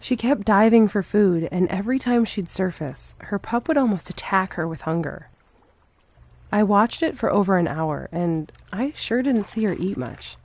she kept diving for food and every time she'd surface her puppet almost attacked her with hunger i watched it for over an hour and i sure didn't see your eat much